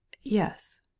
Yes